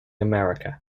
america